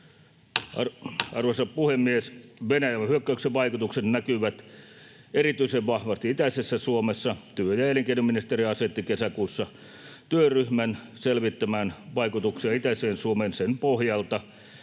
Arvoisa puhemies! Venäjän hyökkäyksen vaikutukset näkyvät erityisen vahvasti itäisessä Suomessa. Työ- ja elinkeinoministeriö asetti kesäkuussa työryhmän selvittämään vaikutuksia itäiseen Suomeen. Sen pohjalta